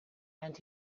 and